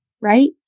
right